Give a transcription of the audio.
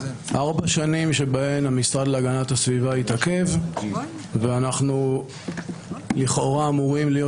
ארבע שנים שבהן המשרד להגנת הסביבה התעכב ואנחנו לכאורה אמורים להיות